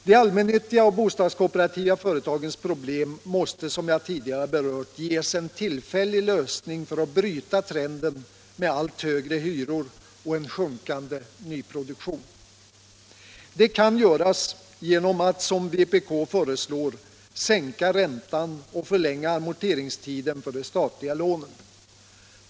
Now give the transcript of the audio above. De allmännyttiga och bostadskooperativa företagens problem måste, som jag tidigare berört, ges en tillfällig lösning för att bryta trenden mot allt högre hyror och en sjunkande nyproduktion. Det kan göras genom att man, som vpk föreslår, sänker räntan och förlänger amorteringstiden för de statliga lånen.